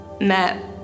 met